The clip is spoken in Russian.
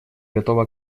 готова